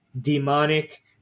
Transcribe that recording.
demonic